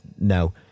no